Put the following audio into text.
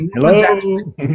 Hello